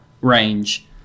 range